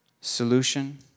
solution